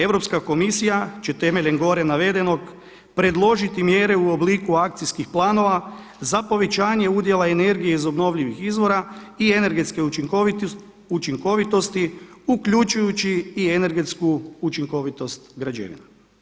Europska komisija će temeljem gore navedenog predložiti mjere u obliku akcijskih planova za povećanje udjela energije iz obnovljivih izvora i energetske učinkovitosti uključujući i energetsku učinkovitost građevina.